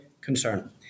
concern